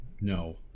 no